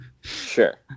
Sure